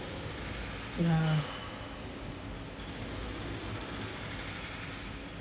ya